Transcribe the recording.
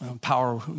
Power